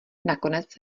nakonec